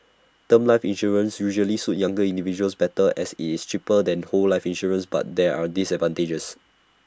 term life insurance usually suit younger individuals better as IT is cheaper than whole life insurance but there are disadvantages